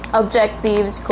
objectives